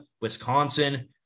Wisconsin